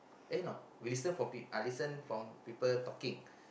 eh no we listen for peo~ listen from people talking